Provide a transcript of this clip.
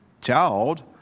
child